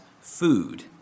food